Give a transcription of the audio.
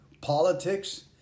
politics